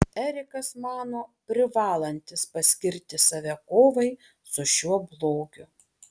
erikas mano privalantis paskirti save kovai su šiuo blogiu